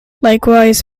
likewise